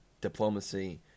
diplomacy